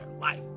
life